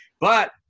But-